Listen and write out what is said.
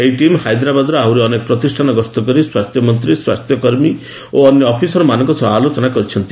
ଏହି ଟିମ୍ ହାଇଦ୍ରାବାଦର ଆହୁରି ଅନେକ ପ୍ରତିଷ୍ଠାନ ଗସ୍ତ କରି ସ୍ୱାସ୍ଥ୍ୟ ମନ୍ତ୍ରୀ ସ୍ୱାସ୍ଥ୍ୟ କର୍ମୀ ଓ ଅନ୍ୟ ଅଫିସରମାନଙ୍କ ସହ ଆଲୋଚନା କରିଛନ୍ତି